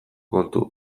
kontu